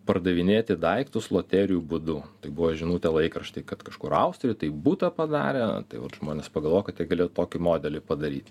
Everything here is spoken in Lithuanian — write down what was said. pardavinėti daiktus loterijų būdu tai buvo žinutė laikrašty kad kažkur austrijoj taip butą padarė tai vat žmonės pagalvojo kad jie galėtų tokį modelį padaryti